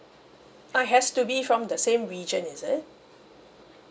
ah has to be from the same region is it